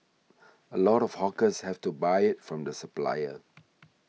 a lot of hawkers have to buy it from the supplier